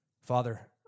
Father